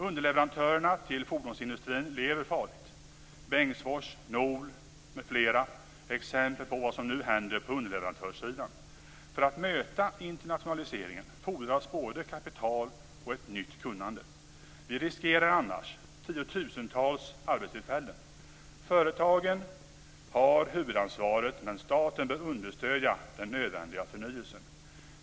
Underleverantörerna till fordonsindustrin lever farligt. I Bengtsfors och Nol och på andra ställen finns det exempel på vad som nu händer på underleverantörssidan. För att man skall kunna möta internationaliseringen fordras både kapital och nytt kunnande. Vi riskerar annars tiotusentals arbetstillfällen. Företagen har huvudansvaret, men staten bör understödja den nödvändiga förnyelsen.